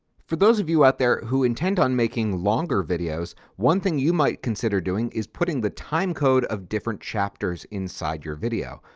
for those of you out there who intend on making longer videos, one thing you might consider doing is putting the timecode of different chapters inside the video.